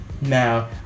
Now